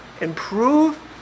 improve